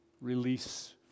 release